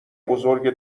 بزرگ